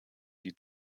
die